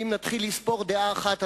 אם נתחיל לספור דעה אחת,